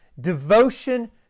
devotion